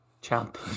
champ